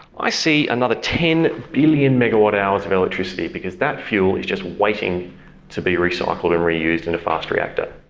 i see another ten billion megawatt-hours of electricity, because that fuel is just waiting to be recycled and reused in a fast reactor.